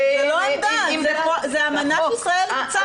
זו לא עמדה, זו אמנה שישראל אימצה.